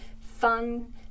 fun